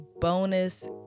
bonus